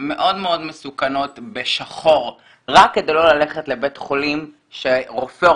שמאוד מסוכנות ב"שחור" רק כדי לא ללכת לבית חולים שרופא או